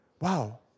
Wow